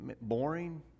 boring